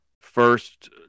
first